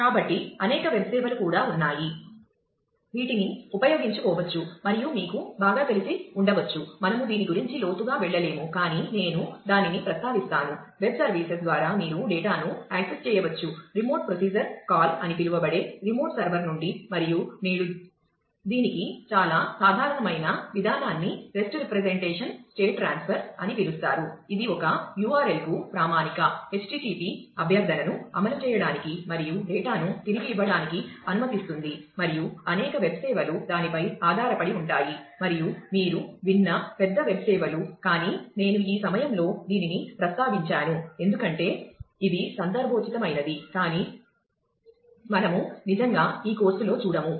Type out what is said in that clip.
కాబట్టి అనేక వెబ్ సేవలు కూడా ఉన్నాయి వీటిని ఉపయోగించుకోవచ్చు మరియు మీకు బాగా తెలిసి ఉండవచ్చు మనము దీని గురించి లోతుగా వెళ్ళలేము కాని నేను దానిని ప్రస్తావిస్తాను వెబ్ సర్వీసెస్ అని పిలుస్తారు ఇది ఒక URL కు ప్రామాణిక HTTP అభ్యర్థనను అమలు చేయడానికి మరియు డేటాను తిరిగి ఇవ్వడానికి అనుమతిస్తుంది మరియు అనేక వెబ్ సేవలు దానిపై ఆధారపడి ఉంటాయి మరియు మీరు విన్న పెద్ద వెబ్ సేవలు కానీ నేను ఈ సమయంలో దీనిని ప్రస్తావించాను ఎందుకంటే ఇది సందర్భోచితమైనది కాని మనము నిజంగా ఈ కోర్సులో చూడము